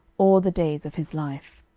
all the days of his life.